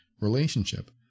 relationship